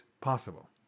possible